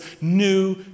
new